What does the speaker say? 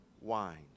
wine